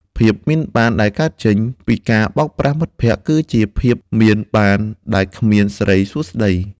ភាពមានបានដែលកើតចេញពីការបោកប្រាស់មិត្តភក្តិ គឺជាភាពមានបានដែលគ្មានសិរីសួស្ដី។